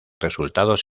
resultados